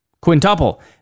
Quintuple